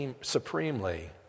supremely